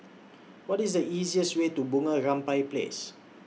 What IS The easiest Way to Bunga Rampai Place